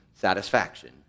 satisfaction